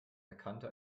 erkannte